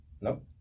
Nope